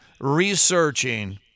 researching